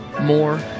more